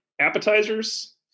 appetizers